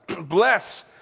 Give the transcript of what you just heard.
Bless